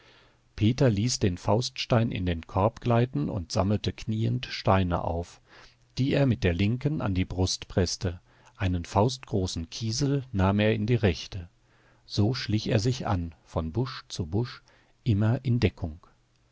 peter ließ den fauststein in den korb gleiten und sammelte kniend steine auf die er mit der linken an die brust preßte einen faustgroßen kiesel nahm er in die rechte so schlich er sich an von busch zu busch immer in deckung